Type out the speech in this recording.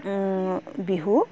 Bihu